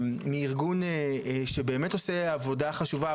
מארגון שבאמת עושה עבודה חשובה.